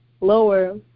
lower